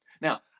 Now